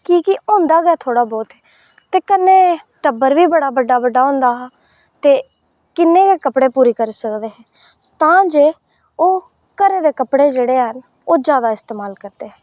की के होंदा गै थोह्ड़ा बहुत ते कन्नै टब्बर बी बड़ा बड्डा बड्डा होंदा हा ते किन्ने गै कपड़े पूरे करी सकदे हे तां जे ओह् घरै दे कपड़े जेह्ड़े हैन ओह् जादा इस्तेमाल करदे हे